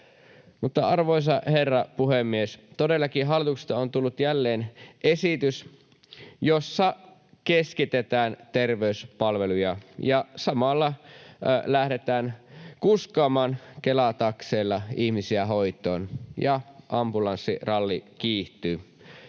Arvoisa herra puhemies! Todellakin hallitukselta on tullut jälleen esitys, jossa keskitetään terveyspalveluja ja samalla lähdetään kuskaamaan Kela-takseilla ihmisiä hoitoon ja ambulanssiralli kiihtyy.